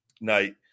night